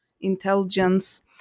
intelligence